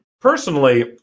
personally